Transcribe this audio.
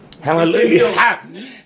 Hallelujah